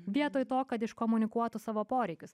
vietoj to kad iškomunikuotų savo poreikius